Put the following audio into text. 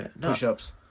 Push-ups